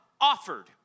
Offered